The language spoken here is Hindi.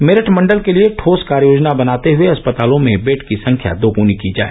मेरठ मंडल के लिए ठोस कार्य योजना बनाते हुए अस्पतालों में बेड की संख्या दोग्नी की जाए